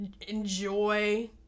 enjoy